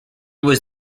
was